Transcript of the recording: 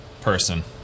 person